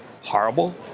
horrible